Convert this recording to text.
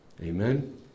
Amen